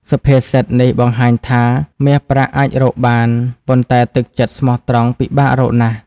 សុភាសិតនេះបង្ហាញថា «មាសប្រាក់អាចរកបាន ប៉ុន្តែទឹកចិត្តស្មោះត្រង់ពិបាករកណាស់»។